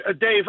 Dave